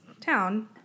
town